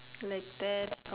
like that